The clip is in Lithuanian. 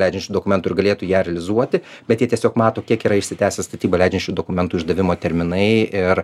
leidžiančių dokumentų ir galėtų ją realizuoti bet jie tiesiog mato kiek yra išsitęsę statybą leidžiančių dokumentų išdavimo terminai ir